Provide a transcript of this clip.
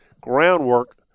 groundwork